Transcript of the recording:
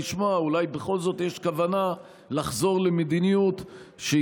לשמוע שאולי יש בכל זאת כוונה לחזור למדיניות שהיא